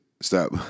stop